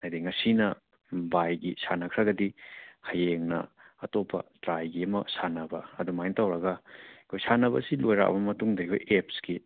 ꯍꯥꯏꯕꯗꯤ ꯉꯁꯤꯅ ꯕꯥꯏꯒꯤ ꯁꯥꯟꯅꯈ꯭ꯔꯒꯗꯤ ꯍꯌꯦꯡꯅ ꯑꯇꯣꯞꯄ ꯇ꯭ꯔꯥꯏꯒꯤ ꯑꯃꯨꯛ ꯁꯥꯟꯅꯕ ꯑꯗꯨꯃꯥꯏ ꯇꯧꯔꯒ ꯍꯣꯏ ꯁꯥꯟꯅꯕꯁꯤ ꯂꯣꯏꯔꯛꯑꯕ ꯃꯇꯨꯡꯗ ꯑꯩꯈꯣꯏ ꯑꯦꯞꯁꯀꯤ ꯑꯃꯨꯛ